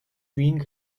wing